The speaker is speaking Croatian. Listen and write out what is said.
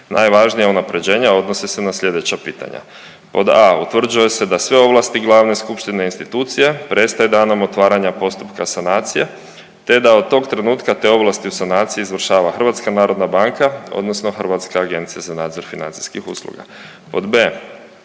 Najvažnija unapređenja odnose se na slijedeća pitanja. Pod A, utvrđuje se da sve ovlasti glavne skupštine institucija prestaje danom otvaranja postupka sanacije te da od tog trenutka te ovlasti u sanaciji izvršava Hrvatska narodna banka odnosno Hrvatska agencija za nadzor financijskih usluga. Pod B,